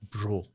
Bro